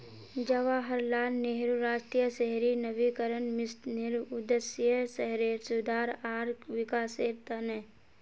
जवाहरलाल नेहरू राष्ट्रीय शहरी नवीकरण मिशनेर उद्देश्य शहरेर सुधार आर विकासेर त न